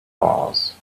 mars